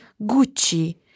Gucci